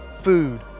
food